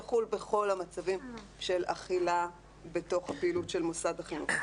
יחול בכל המצבים של אכילה בתוך הפעילות של מוסד החינוך.